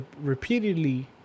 repeatedly